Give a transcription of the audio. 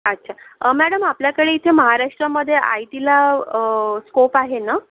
अच्छा मॅडम आपल्याकडे इथे महाराष्ट्रामध्ये आय टीला स्कोप आहे ना